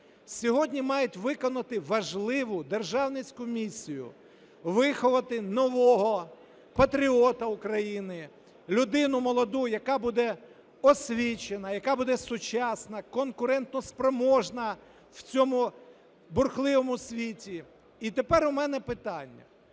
сьогодні мають виконати важливу державницьку місію – виховати нового патріота України, людину молоду, яка буде освічена, яка буде сучасна, конкурентоспроможна в цьому бурхливому світі. І тепер у мене питання: